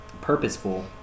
purposeful